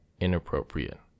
inappropriate